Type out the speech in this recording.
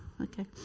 Okay